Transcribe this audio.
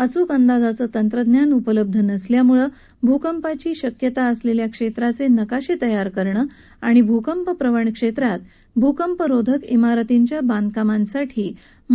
अचूक अंदाजाचं तंत्रज्ञान उपलब्ध नसल्यामुळे भुकंपाची शक्यता असलेल्या क्षेत्राचे नकाशे तयार करणं आणि भुकंपप्रवण क्षेत्रात भुकंपरोधक भिरतींच्या बांधकामांसाठी